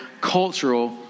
cultural